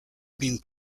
been